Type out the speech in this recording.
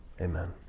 amen